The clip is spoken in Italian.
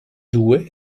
due